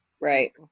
Right